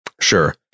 sure